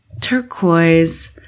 turquoise